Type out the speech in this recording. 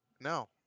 No